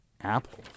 Apple